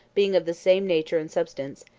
being of the same nature and substance,